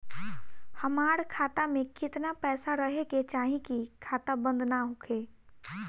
हमार खाता मे केतना पैसा रहे के चाहीं की खाता बंद ना होखे?